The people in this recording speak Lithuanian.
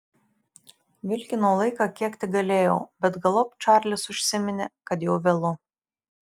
vilkinau laiką kiek tik galėjau bet galop čarlis užsiminė kad jau vėlu